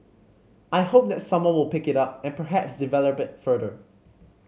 I hope that someone will pick it up and perhaps develop it further